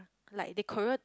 like they choreo